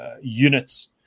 units